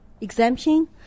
exemption